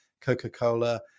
Coca-Cola